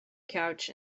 couch